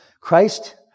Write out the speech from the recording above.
Christ